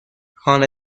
خانه